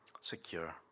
secure